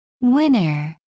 Winner